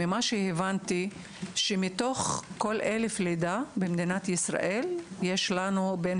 הבנתי שמתוך כל 1,000 לידות במדינת ישראל יש בין